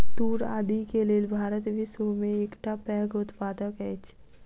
तूर आदि के लेल भारत विश्व में एकटा पैघ उत्पादक अछि